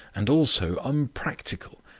and also unpractical,